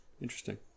Interesting